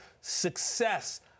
success